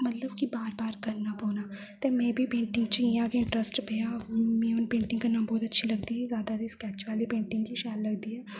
मतलब की बार बार करना पौना ते में बी पेंटिंग च इ'यां गै इंटरस्ट पेआ हून मिगी पेंटिंग करना बहोत अच्छी लगदी जादा ते स्केच आह्ली पेंटिंग गै शैल लगदी ऐ